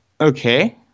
Okay